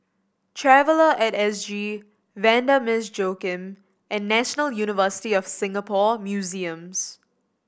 Traveller At S G Vanda Miss Joaquim and National University of Singapore Museums